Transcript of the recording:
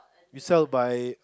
you sell by